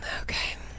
Okay